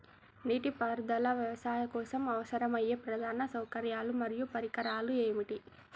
నీటిపారుదల వ్యవసాయం కోసం అవసరమయ్యే ప్రధాన సౌకర్యాలు మరియు పరికరాలు ఏమిటి?